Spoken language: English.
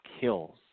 kills